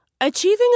Achieving